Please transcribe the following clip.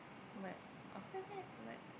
but after that like